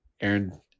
Aaron –